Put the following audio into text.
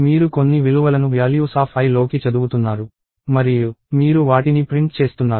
మీరు కొన్ని విలువలను valuesi లోకి చదువుతున్నారు మరియు మీరు వాటిని ప్రింట్ చేస్తున్నారు